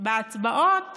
בהצבעות